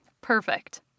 perfect